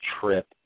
trip